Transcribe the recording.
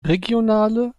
regionale